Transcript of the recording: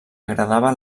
agradava